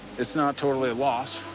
it's not totally a loss.